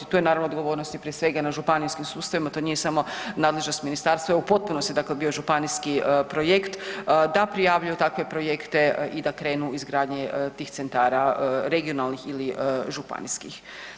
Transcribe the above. Tu je naravno odgovornost i prije svega na županijskim sustavima, to nije samo nadležnost ministarstva, ovo je u potpunosti dakle bio županijski projekt, da prijavljuju takve projekte i da krenu izgradnji tih centara regionalnih ili županijskih.